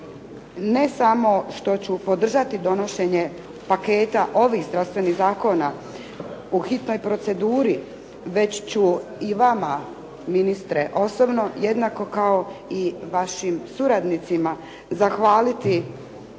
ne samo što ću podržati donošenje paketa ovih zdravstvenih zakona u hitnoj proceduri već ću i vama ministre osobno jednako kao i vašim suradnicima zahvaliti